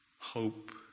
hope